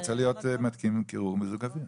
הוא רוצה להיות מתקין קירור ומיזוג אוויר.